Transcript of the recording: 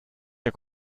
der